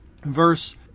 Verse